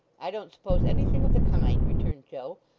i don't suppose anything of the kind returned joe.